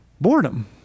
boredom